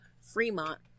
fremont